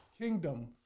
kingdom